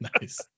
nice